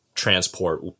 transport